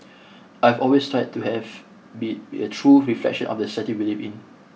I've always tried to have be a true reflection of the society we live in